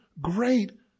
great